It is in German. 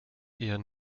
eher